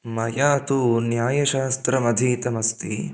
मया तु न्यायशास्त्रमधीतमस्ति